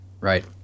Right